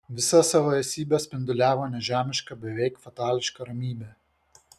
visą savo esybe spinduliavo nežemišką beveik fatališką ramybę